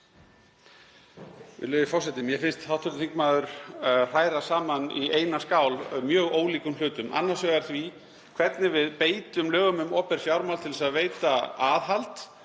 Virðulegi forseti. Mér finnst hv. þingmaður hræra saman í eina skál mjög ólíkum hlutum; annars vegar því hvernig við beitum lögum um opinber fjármál til þess að veita aðhald